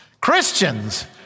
Christians